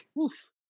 oof